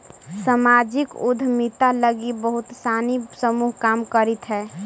सामाजिक उद्यमिता लगी बहुत सानी समूह काम करित हई